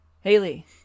Haley